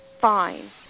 Fine